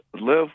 Live